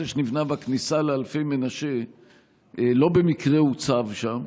שנבנה בכניסה לאלפי מנשה לא במקרה הוצב שם,